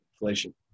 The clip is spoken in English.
inflation